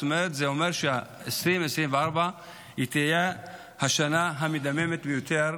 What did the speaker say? המשמעות היא ש-2024 תהיה השנה המדממת ביותר